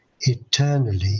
eternally